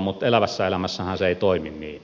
mutta elävässä elämässähän se ei toimi niin